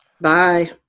Bye